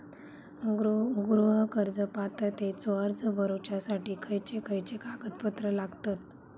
गृह कर्ज पात्रतेचो अर्ज भरुच्यासाठी खयचे खयचे कागदपत्र लागतत?